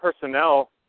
personnel